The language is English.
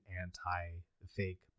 anti-fake